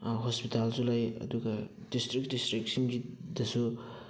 ꯍꯣꯁꯄꯤꯇꯥꯜꯁꯨ ꯂꯩ ꯑꯗꯨꯒ ꯗꯤꯁꯇ꯭ꯔꯤꯛ ꯗꯤꯁꯇ꯭ꯔꯤꯛꯁꯤꯡꯒꯤꯗꯁꯨ